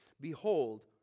Behold